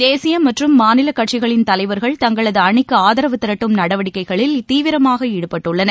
தேசிய மற்றும் மாநில கட்சிகளின் தலைவர்கள் தங்களது அணிக்கு ஆதரவு திரட்டும் நடவடிக்கையில் தீவிரமாக ஈடுபட்டுள்ளனர்